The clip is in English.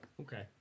Okay